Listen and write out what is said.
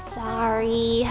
sorry